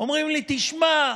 אומרים לי: תשמע,